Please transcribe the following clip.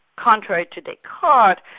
contrary to descartes,